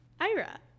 Ira